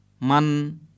Man